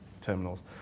terminals